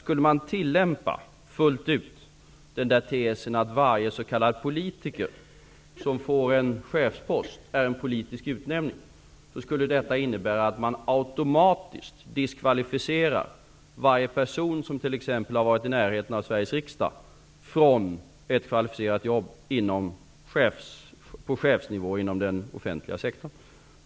Om vi fullt ut skulle tillämpa tesen att varje politiker som får en chefspost är en politisk utnämning, skulle detta innebära att vi automatiskt diskvalificerar varje person som t.ex. har varit i närheten av Sveriges riksdag från ett kvalificerat jobb på chefsnivå inom den offentliga sektorn.